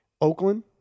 Oakland